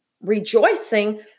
rejoicing